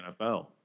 NFL